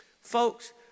folks